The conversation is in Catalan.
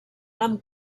nom